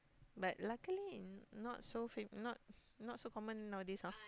but luckily not so fam~ not not so common nowadays ah